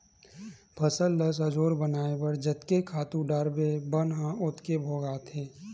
फसल ल सजोर बनाए बर जतके खातू डारबे बन ह ओतके भोगाथे